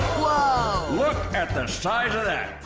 look at the size of that.